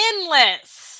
endless